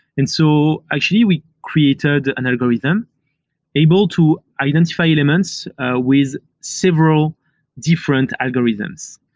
and so actually we created an algorithm able to identify elements with several different algorithms.